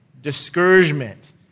discouragement